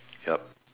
yup